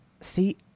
See